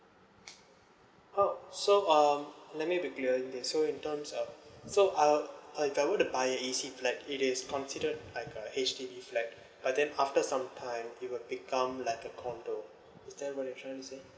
oh so um let me repeat it again so in terms um so uh I if I were to buy a E_C flat it is considered like a H_D_B flat but then after some time it will become like a condo is that what you trying to say